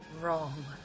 Wrong